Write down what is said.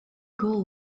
goal